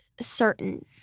certain